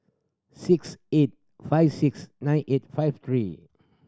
six eight five six nine eight five three